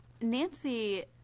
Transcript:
Nancy